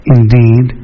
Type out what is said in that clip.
Indeed